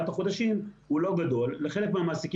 חלק מהבעיה זה